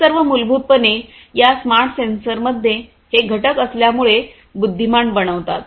हे सर्व मूलभूतपणे या स्मार्ट सेन्सर्समध्ये हे घटक असल्यामुळे बुद्धिमान बनवतात